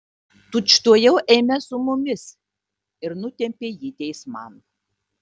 tučtuojau eime su mumis ir nutempė jį teisman